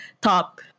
top